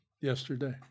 yesterday